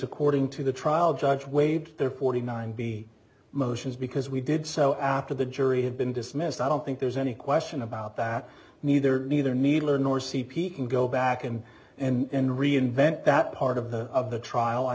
according to the trial judge waived their forty nine b motions because we did so after the jury had been dismissed i don't think there's any question about that neither neither needler nor c p can go back and and reinvent that part of the of the trial i